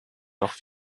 noch